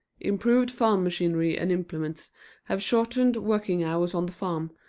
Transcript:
improved farm machinery and implements have shortened working hours on the farm,